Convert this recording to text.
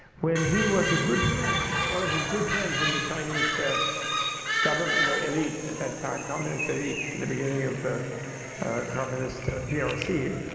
when he was a good friend one of his good friends in the chinese government you know elite at that time, communist elite, in the beginning of the communist yeah prc,